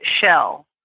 shell